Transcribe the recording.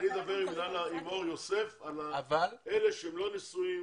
עם מור יוסף על אלה שהם לא נשואים.